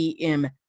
EM